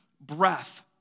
breath